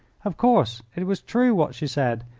of course, it was true what she said.